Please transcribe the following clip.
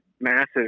massive